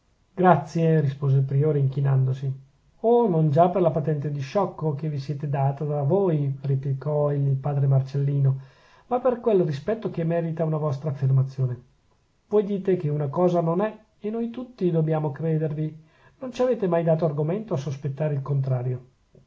grazie rispose il priore inchinandosi oh non già per la patente di sciocco che vi siete data da voi replicò il padre marcellino ma per quel rispetto che merita una vostra affermazione voi dite che una cosa non è e noi tutti dobbiamo credervi non ci avete mai dato argomento a sospettare il contrario